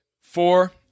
four